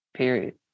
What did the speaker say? period